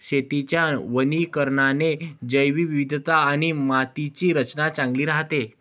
शेतीच्या वनीकरणाने जैवविविधता आणि मातीची रचना चांगली राहते